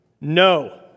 No